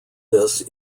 this